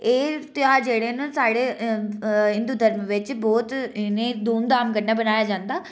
एह ध्यार जेह्ड़े न साढ़े हिन्दू धर्म बिच बहोत इ'नें ई धूम धाम कन्नै बनाया जन्दा